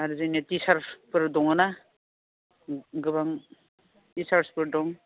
आरो जोंनिया टिसारसफोर दङना गोबां टिसारसफोर दं